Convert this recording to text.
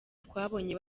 twabonye